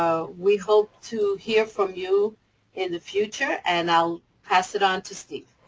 so we hope to hear from you in the future. and i'll pass it on to steve.